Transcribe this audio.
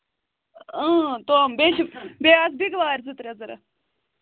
اۭں تِم بیٚیہِ چھُ بیٚیہِ آسہٕ بِگوارِ زٕ ترٛےٚ ضروٗرت